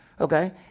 Okay